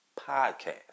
podcast